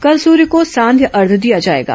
कल सूर्य को सांध्य अर्घ्य दिया जाएगा